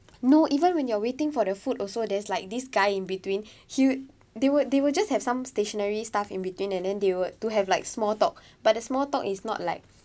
no even when you're waiting for the food also there's like this guy in between he'd they were they were just have some stationary staff in between and then they were to have like small talk but the small talk is not like